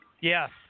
Yes